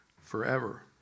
forever